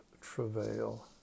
travail